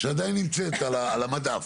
שעדיין נמצאת על המדף.